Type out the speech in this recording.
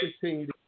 continue